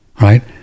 Right